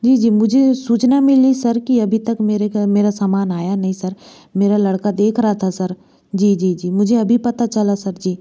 जी जी मुझे सूचना मिली सर कि अभी तक मेरे घर मेरा सामान आया नहीं सर मेरा लड़का देख रहा था सर जी जी जी मुझे अभी पता चला सर जी